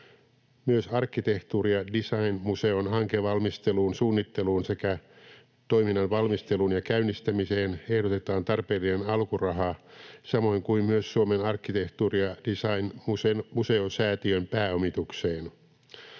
Myös arkkitehtuuri- ja designmuseon hankevalmisteluun, suunnitteluun sekä toiminnan valmisteluun ja käynnistämiseen ehdotetaan tarpeellinen alkuraha, samoin kuin myös Suomen arkkitehtuuri- ja designmuseosäätiön pääomistukseen.